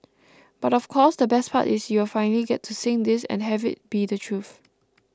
but of course the best part is you'll finally get to sing this and have it be the truth